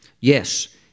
Yes